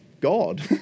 God